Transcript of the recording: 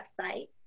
website